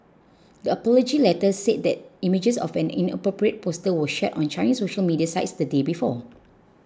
the apology letter said that images of an inappropriate poster were shared on Chinese social media sites the day before